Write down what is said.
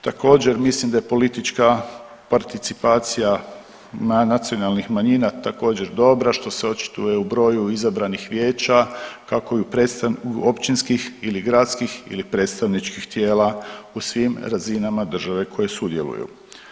Također, mislim da je politička participacija nacionalnih manjina također, dobra, što se očituje u broju izabranih vijeća kako bi .../nerazumljivo/... općinskih ili gradskih ili predstavničkih tijela u svim razinama države koje sudjeluju.